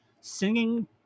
Singing